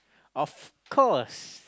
of course